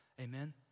Amen